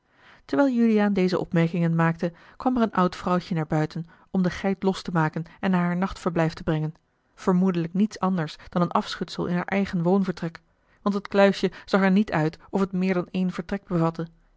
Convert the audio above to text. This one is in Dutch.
terwijl juliaan deze opmerkingen maakte kwam er een oud vrouwtje naar buiten om de geit los te maken en naar haar nachtverblijf te brengen vermoedelijk niets anders dan een afa l g bosboom-toussaint de delftsche wonderdokter eel in haar eigen woonvertrek want het kluisje zag er niet uit of het meer dan één vertrek bevatte